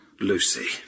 Lucy